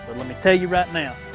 let me tell you right now,